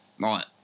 Right